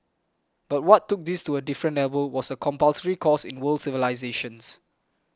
but what took this to a different level was a compulsory course in world civilisations